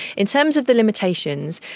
in terms of the limitations,